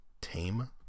tame